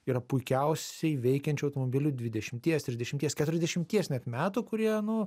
yra puikiausiai veikiančių automobilių dvidešimties trisdešimties keturiasdešimties metų kurie nu